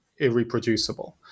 irreproducible